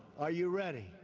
are you ready?